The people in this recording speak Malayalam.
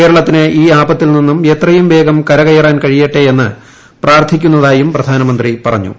കേരളത്തിന് ഈ ആപത്തിൽ നിന്ന് എത്രയും വേഗം കരകയറാൻ കഴിയട്ടെയെന്ന് പ്രാർത്ഥിക്കുന്നതായും പ്രധാനമന്ത്രി പറഞ്ഞു